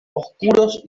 oscuros